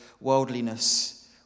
worldliness